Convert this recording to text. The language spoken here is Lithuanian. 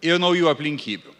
ir naujų aplinkybių